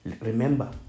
Remember